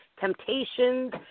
temptations